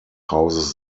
hauses